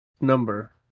number